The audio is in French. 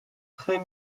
très